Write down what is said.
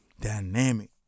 dynamic